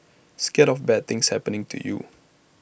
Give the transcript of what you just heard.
scared of bad things happening to you